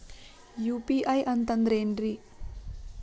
UPI ಅಂತಂದ್ರೆ ಏನ್ರೀ?